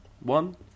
one